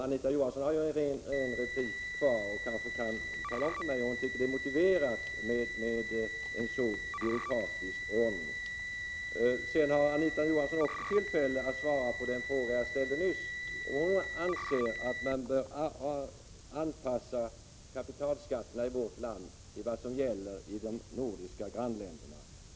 Anita Johansson kan kanske tala om för mig, om hon tycker att det är motiverat med en så byråkratisk ordning. Anita Johansson har också tillfälle att svara på den fråga jag ställde nyss: Anser Anita Johansson att man bör anpassa kapitalskatterna i vårt land till vad som gäller i de nordiska grannländerna?